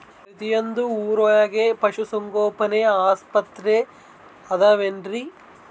ಪ್ರತಿಯೊಂದು ಊರೊಳಗೆ ಪಶುಸಂಗೋಪನೆ ಆಸ್ಪತ್ರೆ ಅದವೇನ್ರಿ?